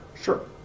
sure